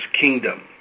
kingdom